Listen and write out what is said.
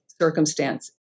circumstance